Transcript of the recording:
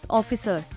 officer